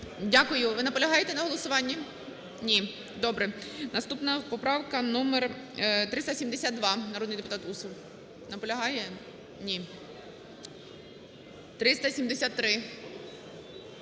Дякую. Ви наполягаєте на голосуванні? Ні. Добре. Наступна поправка номер 372, народний депутат Усов. Наполягає? Ні. 373.